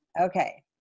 Okay